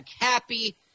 happy